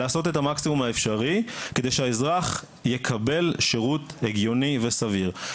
לעשות את המקסימום האפשרי כדי שהאזרח יקבל שירות הגיוני וסביר.